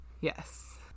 yes